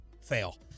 fail